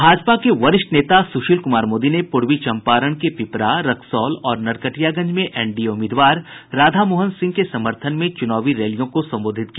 भाजपा के वरिष्ठ नेता सुशील कुमार मोदी ने पूर्वी चंपारण के पिपरा रक्सौल और नरकटियागंज में एनडीए उम्मीदवार राधामोहन सिंह के समर्थन में चूनावी रैलियों को संबोधित किया